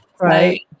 Right